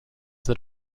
that